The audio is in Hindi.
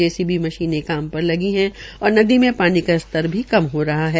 जेसीबी मशीने काम पर लगी है और नदी में पानी का स्तर भी कम हो रहा है